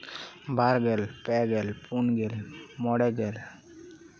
ᱵᱟᱨ ᱜᱮᱞ ᱯᱮ ᱜᱮᱞ ᱯᱩᱱ ᱜᱮᱞ ᱢᱚᱬᱮ ᱜᱮᱞ